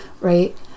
right